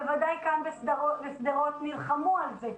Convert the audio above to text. בוודאי שכאן בשדרות נלחמו על זה.